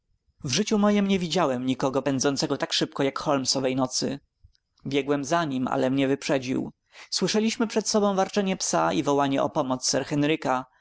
w życiu mojem nie widziałem nikogo pędzącego tak szybko jak holmes owej nocy biegłem za nim ale mnie wyprzedził słyszeliśmy przed sobą warczenie psa i wołanie o pomoc sir henryka